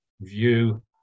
view